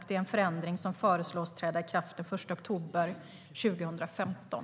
Det är en förändring som föreslås träda i kraft den 1 oktober 2015.